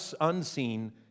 unseen